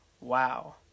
Wow